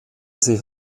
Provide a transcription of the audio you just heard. sich